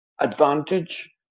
advantage